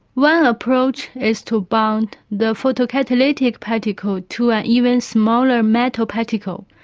one approach is to bind the photocatalytic particle to an even smaller metal particle,